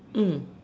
mm